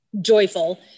joyful